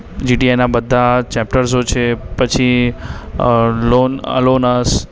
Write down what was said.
G T A ના બધા ચેપ્ટર્સો છે પછી અ લોન અલોન અસ